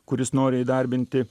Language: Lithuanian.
kuris nori įdarbinti